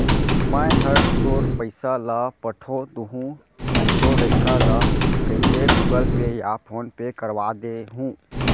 मैं हर तोर पइसा ल पठो दुहूँ नइतो लइका ल कइके गूगल पे या फोन पे करवा दे हूँ